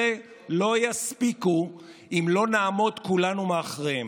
ממשלה מנופחת, מנותקת ממצוקת האזרחים,